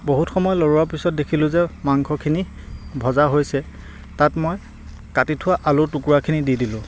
বহুত সময় লৰোৱাৰ পিছত দেখিলোঁ যে মাংসখিনি ভজা হৈছে তাত মই কাটি থোৱা আলু টুকুৰাখিনি দি দিলোঁ